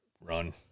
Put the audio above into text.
run